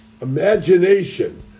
Imagination